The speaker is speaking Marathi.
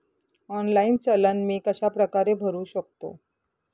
ऑनलाईन चलन मी कशाप्रकारे भरु शकतो?